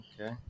Okay